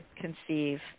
conceive